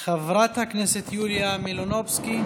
חברת הכנסת יוליה מלינובסקי,